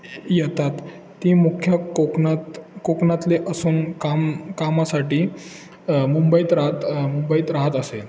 येतात ती मुख्य कोकणात कोकणातले असून काम कामासाठी मुंबईत राहत मुंबईत राहत असेल